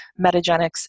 Metagenics